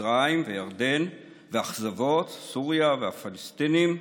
מצרים וירדן, ושל אכזבות: סוריה והפלסטינים,